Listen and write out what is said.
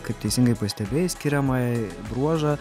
kaip teisingai pastebėjai skiriamąją bruožą